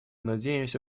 надеемся